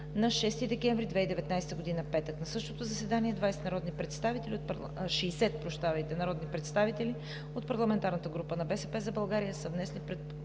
на 6 декември 2019 г. – петък. На същото заседание 60 народни представители от парламентарната група на „БСП за България“ са внесли предложение